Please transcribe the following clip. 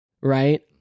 right